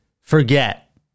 forget